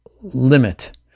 limit